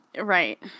right